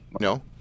No